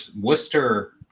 Worcester